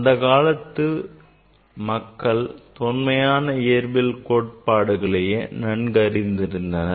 அக்காலத்தில் மக்கள் தொன்மையான இயற்பியல் கோட்பாடுகளையே நன்கறிந்திருந்தனர்